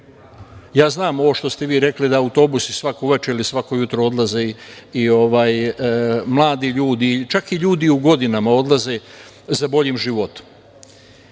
uteha. Znam, ovo što ste vi rekli da autobusi svako veče ili svako jutro odlaze i mladi ljudi, čak i ljudi u godinama odlaze, za boljim životom.